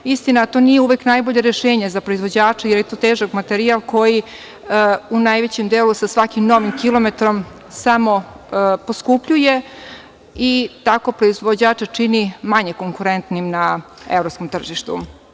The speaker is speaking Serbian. Istina, to nije uvek najbolje rešenje za proizvođača, jer je to težak materijal koji, u najvećem delu, sa svakim novim kilometrom samo poskupljuje i tako proizvođača čini manje konkurentnim na evropskom tržištu.